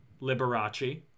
Liberace